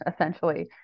essentially